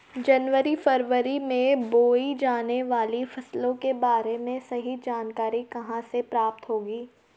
जनवरी फरवरी में बोई जाने वाली फसलों के बारे में सही जानकारी कहाँ से प्राप्त होगी?